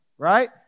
Right